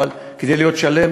אבל כדי להיות שלם,